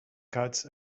cuts